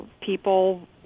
people